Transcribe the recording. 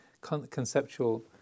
conceptual